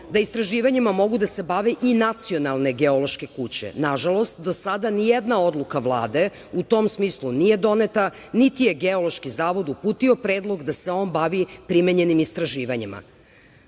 da istraživanjima mogu da se bave i nacionalne geološke kuće. Nažalost, do sada ni jedna odluka Vlade u tom smislu nije doneta, niti je Geološki zavod uputio predlog da se on bavi primenjenim istraživanjima. Zorana